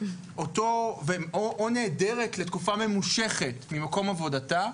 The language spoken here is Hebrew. או נעדרת לתקופה ממושכת ממקום עבודתה,